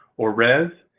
or rez,